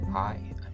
Hi